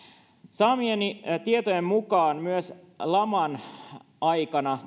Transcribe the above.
saamieni tietojen mukaan myös laman aikana